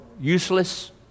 useless